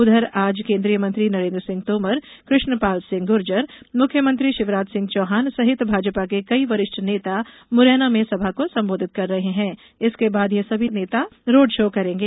उधर आज केन्द्रीय मंत्री नरेन्द्र सिंह तोमर कृष्ण पाल सिंह गुर्जर मुख्यमंत्री शिवराजसिंह चौहान सहित भाजपा के कई वरिष्ठ नेता मुरैना में सभा को संबोधित कर रहे हैं इसके बाद ये सभी नेता रोड शो करेंगे